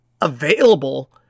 available